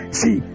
see